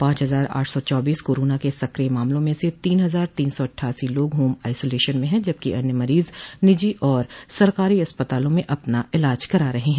पांच हज़ार आठ सौ चौबीस कोरोना के सकिय मामलों में से तीन हज़ार तीन सौ अट्ठासी लोग होम आइसोलेशन में हैं जबकि अन्य मरीज़ निजी और सरकारी अस्पतालों में अपना इलाज करा रहे हैं